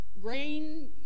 grain